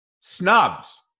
snubs